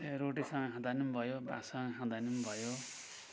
रोटीसँग खाँदा पनि भयो भातसँग खाँदा पनि भयो